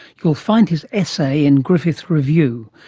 you'll find his essay in griffith review.